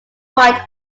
point